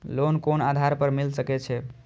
Loan कोन आधार पर मिल सके छे?